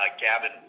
Gavin